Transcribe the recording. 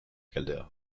calder